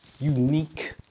unique